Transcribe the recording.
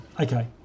Okay